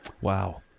Wow